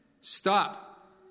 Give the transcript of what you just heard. stop